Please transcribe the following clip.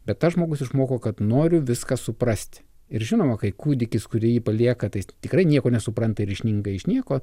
bet tas žmogus išmoko kad noriu viską suprasti ir žinoma kai kūdikis kurį palieka tai tikrai nieko nesupranta ir išninga iš nieko